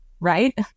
Right